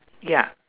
ya